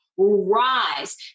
rise